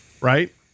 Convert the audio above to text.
right